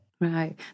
Right